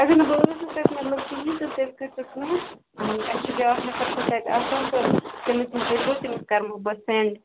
اگر نہٕ بہٕ ٲسٕس تَتہِ مطلب کِہیٖنٛۍ تہٕ تیٚلہِ کٔرۍزیٚو کٲم تَتہِ چھُ بیٛاکھ نَفر چھُ تَتہِ آسان تہٕ تٔمِس نِش گَژھۍزیٚو تٔمِس کرٕ بہٕ پَتہٕ سینڈ